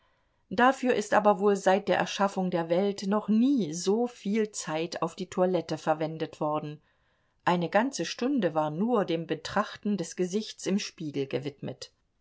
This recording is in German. dafür ist aber wohl seit der erschaffung der welt noch nie soviel zeit auf die toilette verwendet worden eine ganze stunde war nur dem betrachten des gesichts im spiegel gewidmet